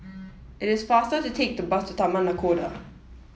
it is faster to take the bus to Taman Nakhoda